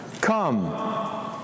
Come